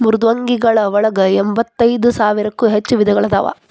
ಮೃದ್ವಂಗಿಗಳ ಒಳಗ ಎಂಬತ್ತೈದ ಸಾವಿರಕ್ಕೂ ಹೆಚ್ಚ ವಿಧಗಳು ಅದಾವ